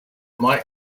might